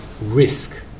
risk